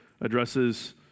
addresses